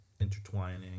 intertwining